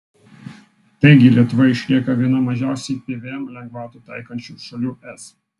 taigi lietuva išlieka viena mažiausiai pvm lengvatų taikančių šalių es